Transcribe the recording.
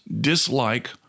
dislike